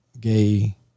gay